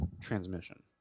transmission